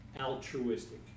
altruistic